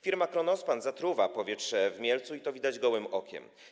Firma Kronospan zatruwa powietrze w Mielcu i to widać gołym okiem.